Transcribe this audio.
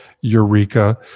eureka